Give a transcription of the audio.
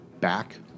back